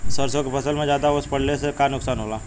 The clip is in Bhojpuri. सरसों के फसल मे ज्यादा ओस पड़ले से का नुकसान होला?